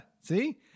See